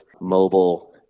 mobile